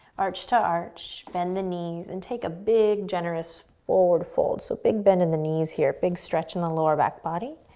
arch to arch, bend the knees, and take a big, generous forward fold. so big bend in the knees here, big stretch in the lower back body.